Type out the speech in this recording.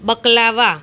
baklava